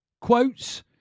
quotes